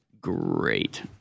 Great